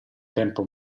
tempo